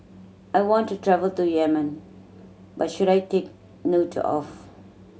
I want to travel to Yemen what should I take note of